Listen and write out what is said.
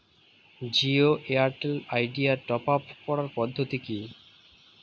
Jio Airtel Idea top up করার পদ্ধতি কি?